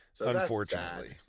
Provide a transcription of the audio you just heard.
Unfortunately